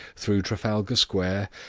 through trafalgar square,